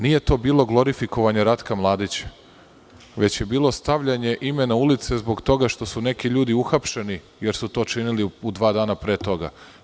Nije to bilo glorifikovanje Ratka Mladića, već je bilo stavljanje imena ulice zbog toga što su neki ljudi uhapšeni jer su to činili dva dana pre toga.